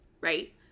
right